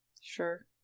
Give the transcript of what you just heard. Sure